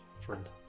friend